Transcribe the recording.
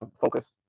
focus